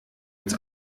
uns